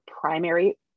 primary